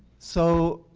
so